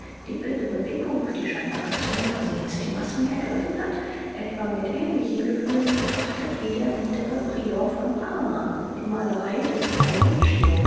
die wilde bewegung die scheinbar ganz unversehens die massen ergriffen hat etwa mit ähnlichen gefühlen betrachtet wie der biedere prior von parma die malereien des